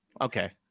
okay